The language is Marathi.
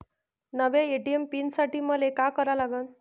नव्या ए.टी.एम पीन साठी मले का करा लागन?